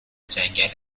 جنگل